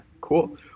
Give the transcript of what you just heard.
cool